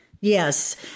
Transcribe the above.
Yes